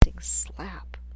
slap